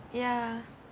ya